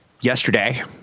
yesterday